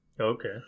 Okay